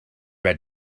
red